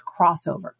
crossover